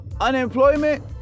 Unemployment